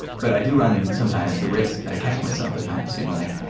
but i do run sometimes the risk. i catch myself at times being like,